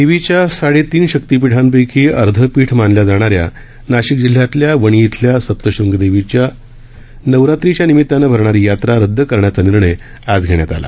देवीच्या साडे तीन शक्तीपीठांपैकी अर्धं पीठ मानल्या जाणाऱ्या नाशिक जिल्ह्यातल्या वणी इथल्या सप्तशंग देवीची नवरात्राच्या निमितानं भरणारी यात्रा रदद करण्याचा निर्णय आज घेण्यात आला